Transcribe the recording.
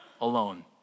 alone